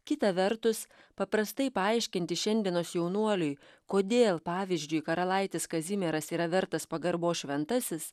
kita vertus paprastai paaiškinti šiandienos jaunuoliui kodėl pavyzdžiui karalaitis kazimieras yra vertas pagarbos šventasis